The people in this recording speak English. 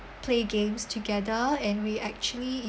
play games together and we actually